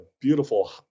beautiful